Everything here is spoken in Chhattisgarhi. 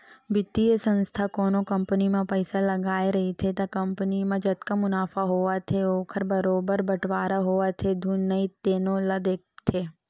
बित्तीय संस्था कोनो कंपनी म पइसा लगाए रहिथे त कंपनी म जतका मुनाफा होवत हे ओखर बरोबर बटवारा होवत हे धुन नइ तेनो ल देखथे